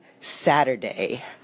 Saturday